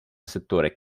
settore